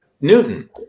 Newton